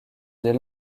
des